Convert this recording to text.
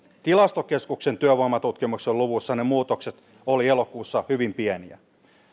tilastokeskuksen työvoimatutkimuksen luvuissa ne muutokset olivat elokuussa hyvin pieniä